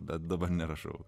bet dabar nerašau